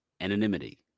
anonymity